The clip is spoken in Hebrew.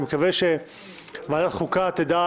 ואני מקווה שוועדת חוקה תדע